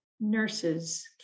nurses